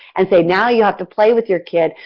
and say now you have to play with your kid.